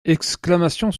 exclamations